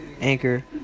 Anchor